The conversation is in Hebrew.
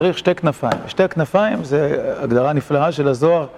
צריך שתי כנפיים. שתי כנפיים זה הגדרה נפלאה של הזוהר.